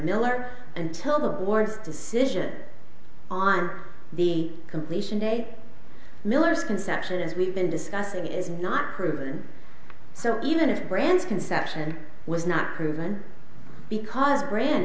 miller until the board's decision on the completion date miller's conception as we've been discussing is not proven so even if branch conception was not proven because bra